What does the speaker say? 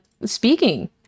speaking